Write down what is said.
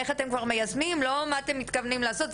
איך אתם כבר מיישמים ולא מה אתם מתכוונים לעשות,